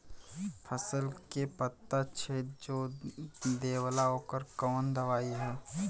फसल के पत्ता छेद जो देवेला ओकर कवन दवाई ह?